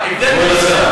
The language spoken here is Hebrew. כבוד השר,